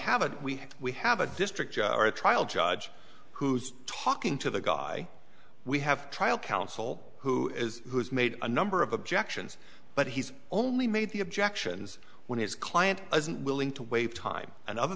have a we we have a district or a trial judge who's talking to the guy we have trial counsel who is who's made a number of objections but he's only made the objections when his client isn't willing to waive time and